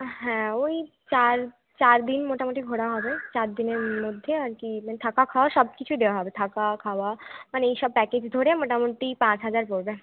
হ্যাঁ ওই চার চারদিন মোটামুটি ঘোরা হবে চারদিনের মধ্যে আর কী ইভেন থাকা খাওয়া সবকিছু দেওয়া হবে থাকা খাওয়া মানে এইসব প্যাকেজ ধরে মোটামুটি পাঁচ হাজার পড়বে